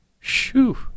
Shoo